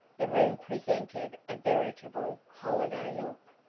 the room presented a veritable holiday look.